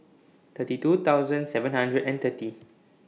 thirty two thousand seven hundred and thirty